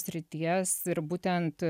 srities ir būtent